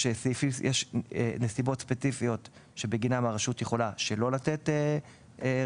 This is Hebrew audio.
יש נסיבות ספציפיות שבגינן הרשות יכולה שלא לתת רשות,